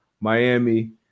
Miami